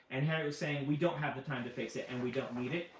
and harriet was saying, we don't have the time to fix it and we don't need it.